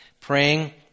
Praying